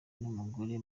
n’umugore